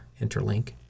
interlink